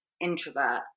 introvert